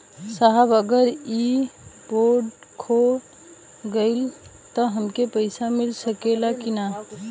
साहब अगर इ बोडखो गईलतऽ हमके पैसा मिल सकेला की ना?